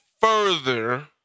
further